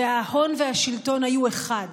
וההון והשלטון היו אחד,